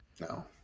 No